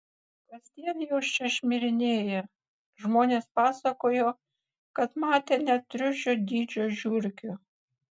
kasdien jos čia šmirinėja žmonės pasakojo kad matę net triušio dydžio žiurkių